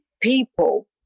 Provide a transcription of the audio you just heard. people